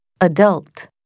Adult